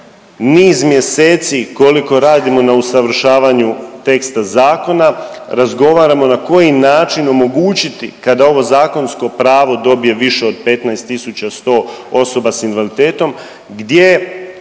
niz mjeseci koliko radimo na usavršavanju teksta zakona razgovaramo na koji način omogućiti kada ovo zakonsko pravo dobije više od 15.100 osoba s invaliditetom gdje